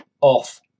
off